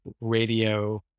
radio